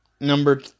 Number